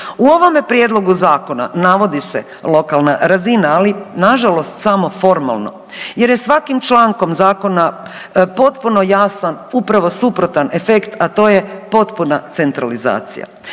U ovome prijedlogu zakona navodi se lokalna razina, ali nažalost samo formalno jer je svakim člankom zakona potpuno jasan upravo suprotan efekt, a to je potpuna centralizacija.